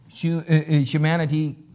humanity